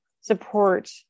support